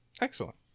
excellent